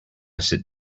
sit